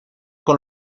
con